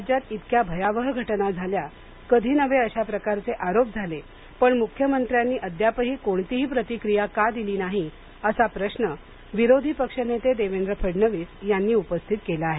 राज्यात इतक्या भयावह घटना झाल्या कधी नव्हे अशा प्रकारचे आरोप झाले पण मुख्यमंत्र्यांनी अद्यापही कोणतीही प्रतिक्रिया का दिली नाही असा प्रश्न विरोधी पक्षनेते देवेंद्र फडणवीस यांनी उपस्थित केला आहे